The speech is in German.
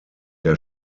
der